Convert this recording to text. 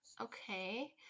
Okay